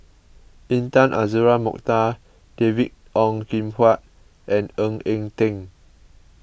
Intan Azura Mokhtar David Ong Kim Huat and Ng Eng Teng